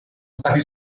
stati